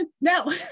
No